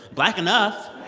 black enough